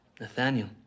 Nathaniel